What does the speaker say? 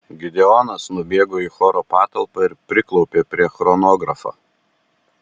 gideonas nubėgo į choro patalpą ir priklaupė prie chronografo